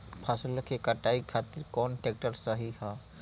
फसलों के कटाई खातिर कौन ट्रैक्टर सही ह?